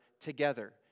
together